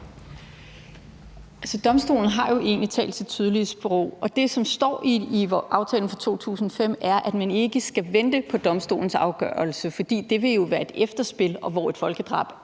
(ALT): Domstolen har jo egentlig talt sit tydelige sprog. Og det, som står i aftalen fra 2005, er, at man ikke skal vente på domstolens afgørelse, for det vil jo være et efterspil, hvor et folkedrab